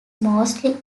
mostly